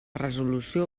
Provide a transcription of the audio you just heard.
resolució